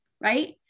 right